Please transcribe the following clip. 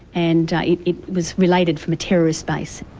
and it it was related from a terrorist base.